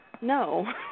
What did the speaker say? No